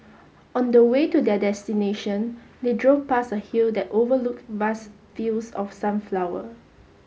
on the way to their destination they drove past a hill that overlooked vast fields of sunflower